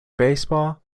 baseball